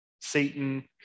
Satan